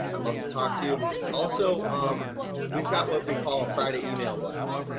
i'd love to talk to you also um we've got what we call a friday email blast.